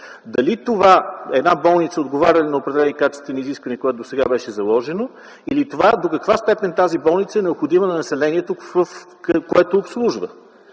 дали това една болница отговаря ли на определени качествени изисквания, което досега беше заложено, или това до каква степен тази болница е необходима на населението, което обслужва?